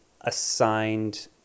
assigned